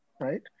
right